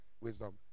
wisdom